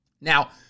Now